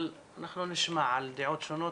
אבל אנחנו נשמע את הדעות השונות.